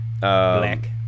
Black